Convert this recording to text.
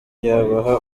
yabaha